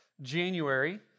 January